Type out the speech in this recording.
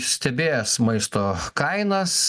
stebės maisto kainas